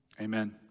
amen